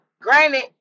Granted